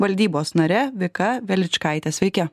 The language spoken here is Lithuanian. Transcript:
valdybos nare vika veličkaite sveiki